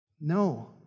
No